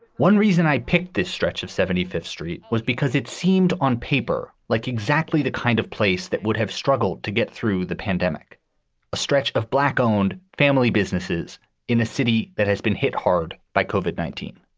one reason i picked this stretch of seventy fifth street was because it seemed on paper like exactly the kind of place that would have struggled to get through the pandemic stretch of black owned family businesses in a city that has been hit hard by covid nineteen.